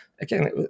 Again